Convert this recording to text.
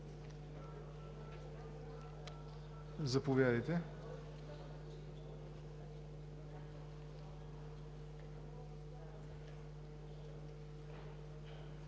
Заповядайте,